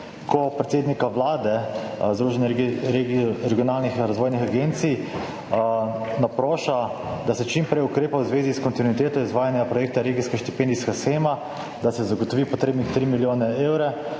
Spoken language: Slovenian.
predsednika Vlade Združenje regionalnih razvojnih agencij naproša, da se čim prej ukrepa v zvezi s kontinuiteto izvajanja projekta regijska štipendijska shema, da se zagotovi potrebnih 3 milijone evre